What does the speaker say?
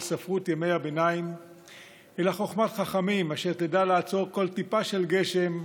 ספרות ימי הביניים אלא חוכמת חכמים אשר תדע לאצור כל טיפה של גשם,